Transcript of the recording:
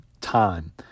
time